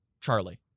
CHARLIE